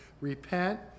repent